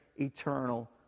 eternal